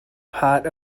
part